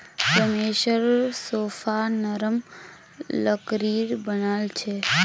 रमेशेर सोफा नरम लकड़ीर बनाल छ